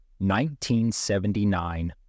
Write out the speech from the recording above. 1979